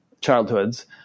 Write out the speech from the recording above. childhoods